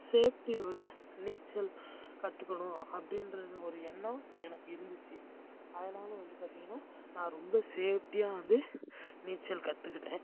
சேஃப்டியை விட நீச்சல் கற்றுக்கணும் அப்படின்றது ஒரு எண்ணம் எனக்கு இருந்துச்சு அதனால் வந்து பார்த்திங்கனா நான் ரொம்ப சேஃப்டியாக வந்து நீச்சல் கற்றுக்கிட்டேன்